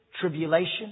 tribulation